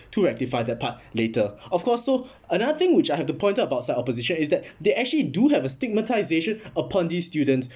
to rectify their part later of course so another thing which I have to point out about side opposition is that they actually do have a stigmatisation upon these students